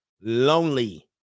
Lonely